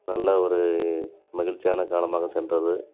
நல்ல ஒரு மகிழ்ச்சியான காலமாக சென்றது